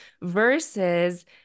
versus